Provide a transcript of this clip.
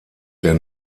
der